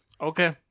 okay